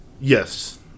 Yes